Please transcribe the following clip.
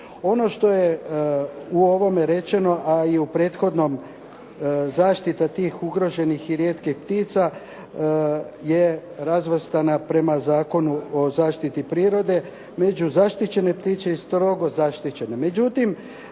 Ono što je u ovome rečeno a i u prethodnom zaštita tih ugroženih i rijetkih ptica je razvrstana prema Zakonu o zaštiti prirode među zaštićene ptice i strogo zaštićene.